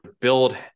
build